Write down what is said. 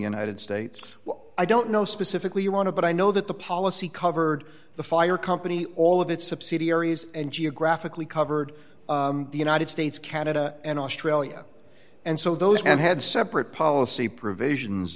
united states well i don't know specifically you want to but i know that the policy covered the fire company all of its subsidiaries and geographically covered the united states canada and australia and so those and had separate policy provisions